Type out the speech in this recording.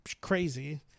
crazy